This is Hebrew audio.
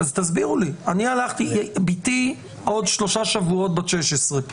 ביתי בעוד שלושה שבועות בת 16,